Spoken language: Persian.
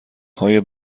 های